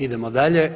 Idemo dalje.